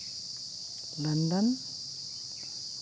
London